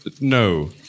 no